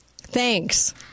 Thanks